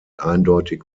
eindeutig